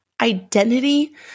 identity